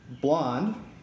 Blonde